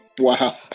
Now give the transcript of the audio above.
Wow